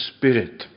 Spirit